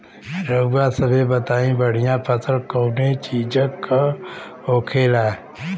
रउआ सभे बताई बढ़ियां फसल कवने चीज़क होखेला?